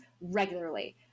regularly